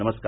नमस्कार